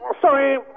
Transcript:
Sorry